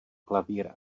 klavír